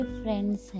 friends